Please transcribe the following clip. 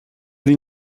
the